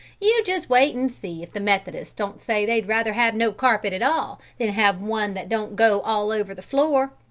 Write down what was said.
you just wait and see if the methodists don't say they'd rather have no carpet at all than have one that don't go all over the floor.